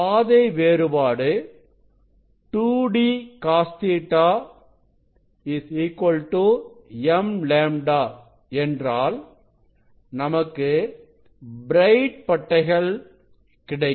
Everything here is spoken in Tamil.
பாதை வேறுபாடு 2dcosƟ mλ என்றால் நமக்கு பிரைட் பட்டைகள் கிடைக்கும்